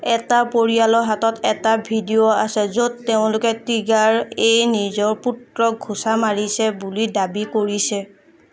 এটা পৰিয়ালৰ হাতত এটা ভিডিঅ' আছে য'ত তেওঁলোকে টিগাৰ এ নিজৰ পুত্ৰক ঘুচা মাৰিছে বুলি দাবি কৰিছে